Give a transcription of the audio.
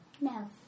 No